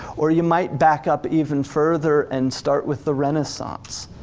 or you might back up even further and start with the renaissance.